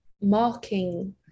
marking